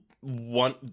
one